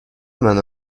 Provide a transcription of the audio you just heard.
منو